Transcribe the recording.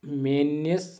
میٛٲنس